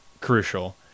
crucial